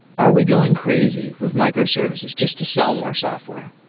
are we going crazy with microservices just to sell more software?